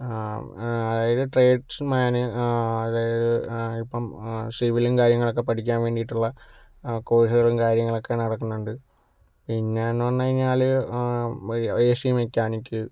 അതായത് ട്രെഡ്സ്മാൻ അതായത് ഇപ്പോൾ സിവിലും കാര്യങ്ങളുമൊക്കെ പഠിക്കാൻ വേണ്ടിയിട്ടുള്ള കോഴ്സുകളും കാര്യങ്ങളുമൊക്കെ നടക്കുന്നുണ്ട് പിന്നെയെന്ന് പറഞ്ഞു കഴിഞ്ഞാൽ എസി മെക്കാനിക്ക്